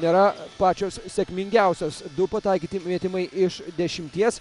nėra pačios sėkmingiausios du pataikyti metimai iš dešimties